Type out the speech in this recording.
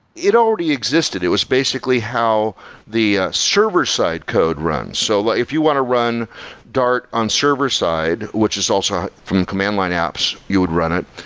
it already existed. it was basically how the server-side code runs. so like if you want to run dart on server-side, which is also from command line apps you would run it.